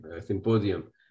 symposium